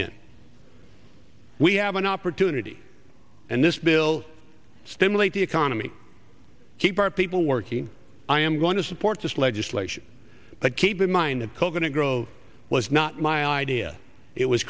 in we have an opportunity and this bill stimulate the economy keep our people working i am going to support this legislation but keep in mind that call going to grow was not my idea it was